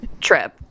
trip